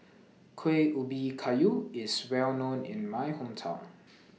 Kueh Ubi Kayu IS Well known in My Hometown